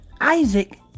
Isaac